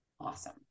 awesome